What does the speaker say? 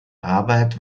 arbeit